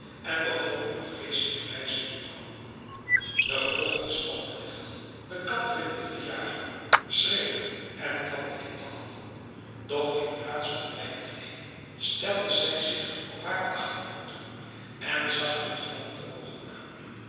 en begon op eene verschrikkelijke wijze te maauwen de gebogchelde stalknecht de kat willende verjagen schreeuwde en klapte in de handen doch in plaats van de wijk te nemen stelde zij zich op hare achterpooten en zag hem met vlammende oogen aan